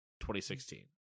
2016